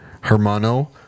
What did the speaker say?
hermano